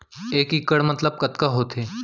एक इक्कड़ मतलब कतका होथे?